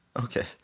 Okay